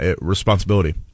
responsibility